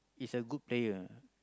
is a good player